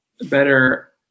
better